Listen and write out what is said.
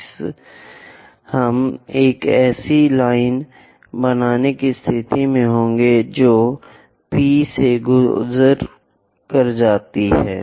इसी तरह हम एक ऐसी लाइन बनाने की स्थिति में होंगे जो P से होकर गुजरती है